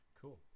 Cool